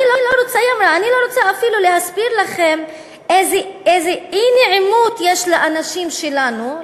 היא אמרה: אני לא רוצה אפילו להסביר לכם איזה אי-נעימות יש לאנשים שלנו,